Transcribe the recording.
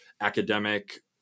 academic